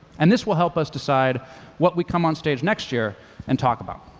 and this will help us decide what we come on stage next year and talk about.